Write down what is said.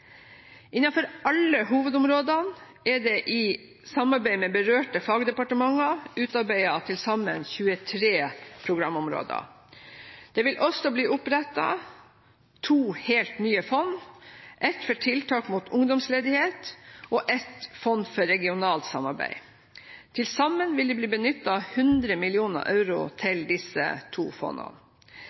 alle hovedområdene er det i samarbeid med berørte fagdepartementer utarbeidet til sammen 23 programområder. Det vil også bli opprettet to helt nye fond: et for tiltak mot ungdomsledighet og et fond for regionalt samarbeid. Til sammen vil det bli benyttet 100 mill. euro til disse to fondene.